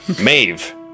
Maeve